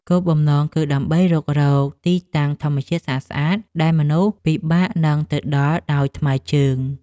គោលបំណងគឺដើម្បីរុករកទីតាំងធម្មជាតិស្អាតៗដែលមនុស្សពិបាកនឹងទៅដល់ដោយថ្មើរជើង។